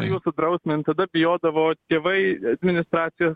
jų sudrausmint tada bijodavo tėvai administracija